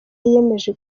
yiyemeje